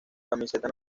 camiseta